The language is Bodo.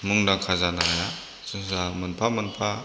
मुंदांखा जानो हाया जों जा मोनफा मोनफा